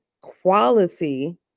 quality